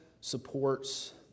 supports